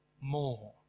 More